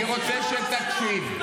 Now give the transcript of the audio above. אני רוצה שתקשיב.